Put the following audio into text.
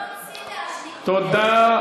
תודה.